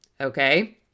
Okay